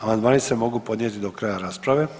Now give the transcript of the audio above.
Amandmani se mogu podnijeti do kraja rasprave.